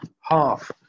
half